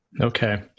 Okay